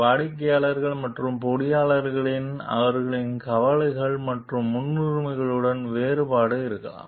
மேலாளர்கள் மற்றும் பொறியியலாளர்களில் அவர்களின் கவலைகள் மற்றும் முன்னுரிமைகளுடன் வேறுபாடு இருக்கலாம்